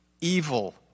Evil